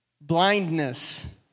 blindness